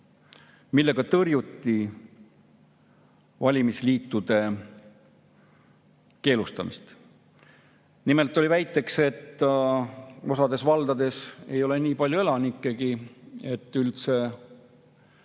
millega oli tõrjutud valimisliitude keelustamist. Nimelt oli väide, et osas valdades ei ole nii palju elanikkegi, et üldse